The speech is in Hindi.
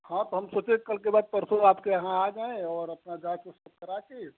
हाँ तो हम सोचे कल के बाद परसों आपके यहाँ आ जाएँ और अपनी जाँच उच करा कर